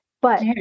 But-